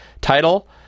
title